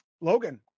Logan